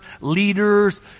leaders